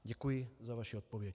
Děkuji za vaši odpověď.